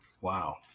wow